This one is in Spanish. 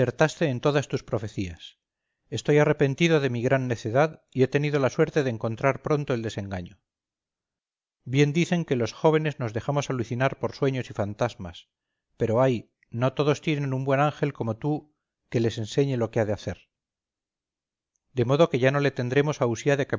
en todas tus profecías estoy arrepentido de mi gran necedad y he tenido la suerte de encontrar pronto el desengaño bien dicen que los jóvenes nos dejamos alucinar por sueños y fantasmas pero ay no todos tienen un buen ángel como tú que les enseñe lo que han de hacer de modo que ya no le tendremos